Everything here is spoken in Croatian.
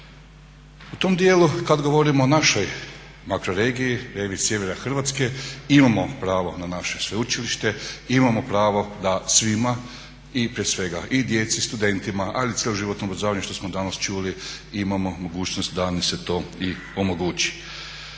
U tom dijelu kad govorimo o našoj makroregiji sjevera Hrvatske imamo pravo na naše sveučilište, imamo pravo da svima i prije svega i djeci, studentima ali i cjeloživotno obrazovanje što smo danas čuli i imamo mogućnost da nam se to i omogući.